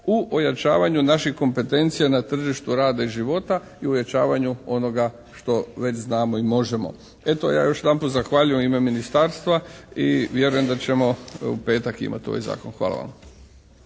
u ojačavanju naših kompetencija na tržištu rada i života i u ojačavanju onoga što već znamo i možemo. Eto, ja još jedanput zahvaljujem u ime ministarstva i vjerujem da ćemo u petak imati ovaj zakon. Hvala vam.